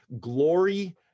Glory